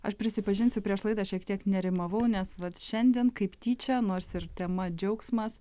aš prisipažinsiu prieš laidą šiek tiek nerimavau nes vat šiandien kaip tyčia nors ir tema džiaugsmas